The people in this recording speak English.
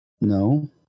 No